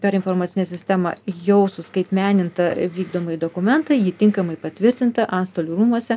per informacinę sistemą jau suskaitmenintą vykdomąjį dokumentą jį tinkamai patvirtintą antstolių rūmuose